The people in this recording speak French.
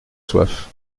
soif